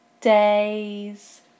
days